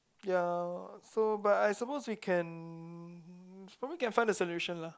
ya so but I suppose we can probably can a solution lah